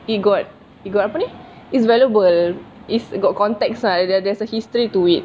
it got it got apa ni is valuable is got context ah there there's a history to it